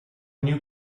new